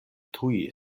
tuj